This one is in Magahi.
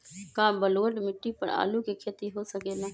का बलूअट मिट्टी पर आलू के खेती हो सकेला?